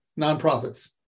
nonprofits